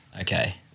okay